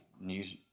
news